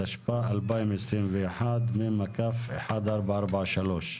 התשפ"א-2021, מ/1443.